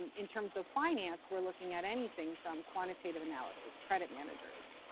and in terms of finance, we're looking at anything from quantitative analysis, credit managers.